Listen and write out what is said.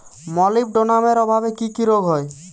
মলিবডোনামের অভাবে কি কি রোগ হয়?